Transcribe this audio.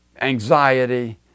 anxiety